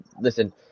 listen